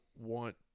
Want